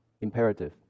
imperative